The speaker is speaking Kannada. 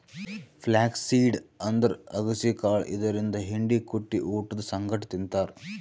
ಫ್ಲ್ಯಾಕ್ಸ್ ಸೀಡ್ ಅಂದ್ರ ಅಗಸಿ ಕಾಳ್ ಇದರಿಂದ್ ಹಿಂಡಿ ಕುಟ್ಟಿ ಊಟದ್ ಸಂಗಟ್ ತಿಂತಾರ್